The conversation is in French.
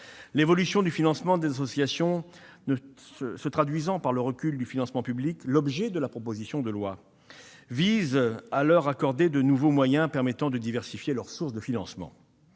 L'évolution du financement des associations se traduisant par le recul du financement public, la proposition de loi vise à leur accorder de nouveaux moyens permettant de diversifier leurs sources de financement.